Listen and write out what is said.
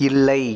இல்லை